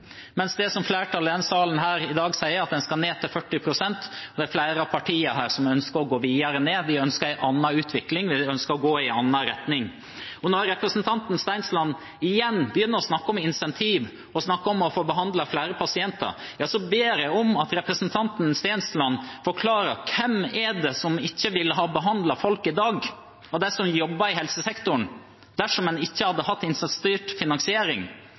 mens det som flertallet i denne salen i dag sier, er at en skal ned til 40 pst. Det er flere av partiene her som ønsker å gå videre ned. Vi ønsker en annen utvikling, vi ønsker å gå i en annen retning. Når representanten Stensland igjen begynner å snakke om incentiver og om å få behandlet flere pasienter, ber jeg om at han forklarer: Hvem av dem som jobber i helsesektoren, er det som ikke ville ha behandlet folk i dag